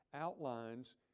outlines